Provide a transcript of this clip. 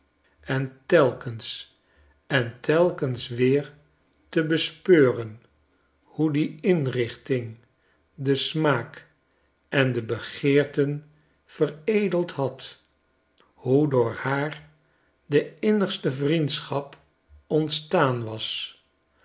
en telkens en telkens weer te bespeuren hoe die inrichting den smaak en de begeerten veredeld had hoe door haar de innigste vriendschap ontstaan was